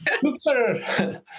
Super